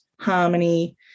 harmony